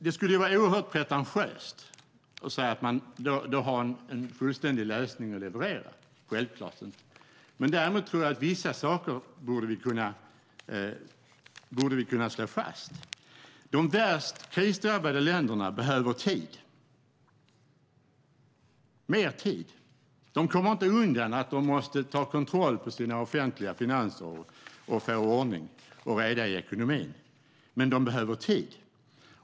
Det skulle vara oerhört pretentiöst att säga att man har en fullständig lösning att leverera, men däremot tror jag att vi borde kunna slå fast vissa saker. De värst krisdrabbade länderna behöver mer tid. De kommer inte undan att de måste ta kontroll över sina offentliga finanser och få ordning och reda i ekonomin, men de behöver tid.